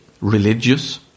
religious